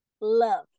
love